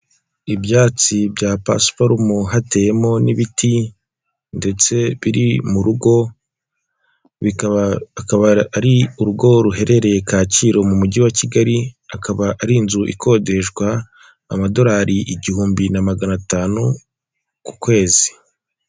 Ibyatsi bya pasiparumu hateyemo n'ibiti ndetse biri mu rugo akaba ari urugo ruherereye Kacyiru mu mujyi wa Kigali, akaba ari inzu ikodeshwa amadolari igihumbi na magana atanu ku kwezi.